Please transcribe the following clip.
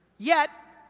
yet,